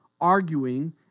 arguing